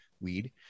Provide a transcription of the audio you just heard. weed